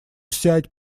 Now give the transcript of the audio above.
сядь